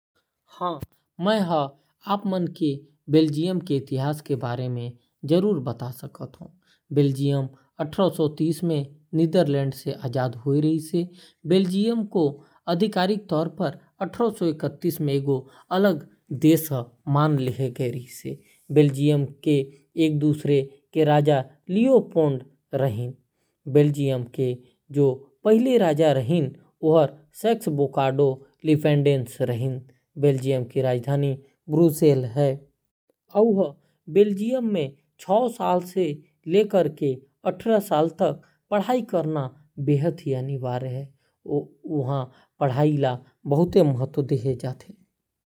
बेल्जियम के क्षेत्र हमेशा जर्मन अउ लैटिन दुनों दुनिया के प्रभाव म रेहे हावय। भाषा, संस्कृति, अउ क्षेत्रीय अंतर के सेती बेल्जियम म सुधार करे गिस। बेल्जियम के आधिकारिक भाषा फ्रेंच, डच, अउ जर्मन हावय। कई ब्रांड के चॉकलेट, प्रलाइन, अउ बीयर बेल्जियम म विश्व प्रसिद्ध हावयं। बेल्जियम वफ़ल अउ फ्रेंच फ्राइज बर जाने जाथे।